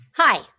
Hi